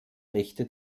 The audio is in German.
rechte